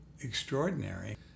extraordinary